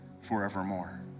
forevermore